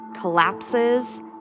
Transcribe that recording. collapses